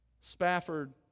Spafford